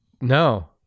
No